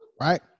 right